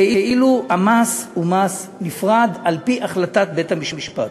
כאילו המס הוא מס נפרד, על-פי החלטת בית-המשפט.